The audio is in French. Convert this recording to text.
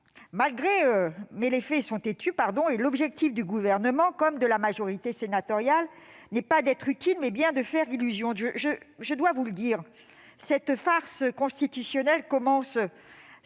ASAP. Les faits sont cependant têtus, et l'objectif du Gouvernement, comme de la majorité sénatoriale, n'est pas d'être utile, mais bien de faire illusion. Je dois vous le dire : cette farce constitutionnelle commence